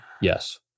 Yes